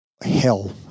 hell